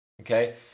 Okay